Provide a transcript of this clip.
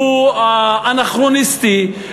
הוא אנכרוניסטי,